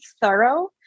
thorough